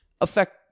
affect